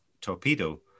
Torpedo